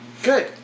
Good